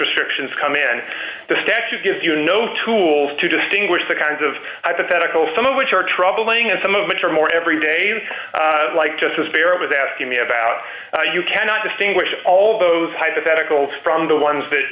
restrictions come in the statute gives you no tools to distinguish the kinds of hypothetical some of which are troubling and some of which are more every day you like justice breyer was asking me about you cannot distinguish all those hypotheticals from the ones that